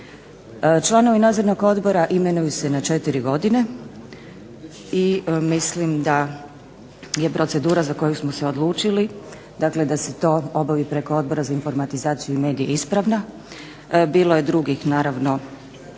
Članovi nadzornog odbora imenuju se na 4 godine i mislim da je procedura za koju smo se odlučili dakle da se to obavi preko Odbora za informatizaciju i medije ispravna. Bilo je i drugih zamisli